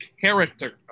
character